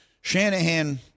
Shanahan